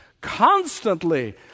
Constantly